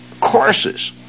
courses